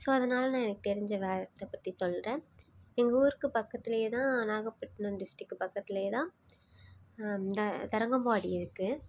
so அதனால் நான் எனக்கு தெரிஞ்ச வேறு இடத்த பற்றி சொல்கிறேன் எங்கள் ஊருக்கு பக்கத்துலேயே தான் நாகப்பட்டினம் டிஸ்ட்ரிக்கு பக்கத்துலேயே தான் தரங்கம்பாடி இருக்குது